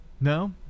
No